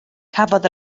cafodd